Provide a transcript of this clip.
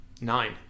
Nine